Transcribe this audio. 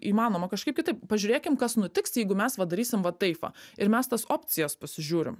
įmanoma kažkaip kitaip pažiūrėkim kas nutiks jeigu mes padarysim va taip va ir mes tos opcijas pasižiūrim